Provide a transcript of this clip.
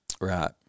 Right